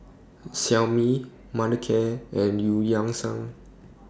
Xiaomi Mothercare and EU Yan Sang